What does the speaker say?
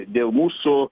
dėl mūsų